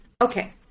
okay